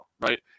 right